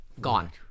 Gone